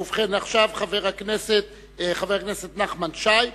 ובכן, עכשיו חבר הכנסת נחמן שי.